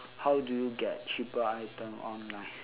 how do you get cheaper item online